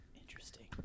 Interesting